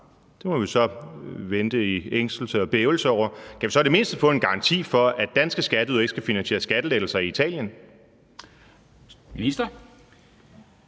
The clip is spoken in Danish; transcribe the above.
det må vi så vente i angst og bæven på at få at vide – kan vi så i det mindste få en garanti for, at danske skatteydere ikke skal finansiere skattelettelser i Italien?